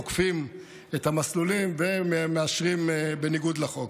עוקפים את המסלולים ומאשרים בניגוד לחוק.